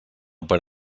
per